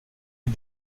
est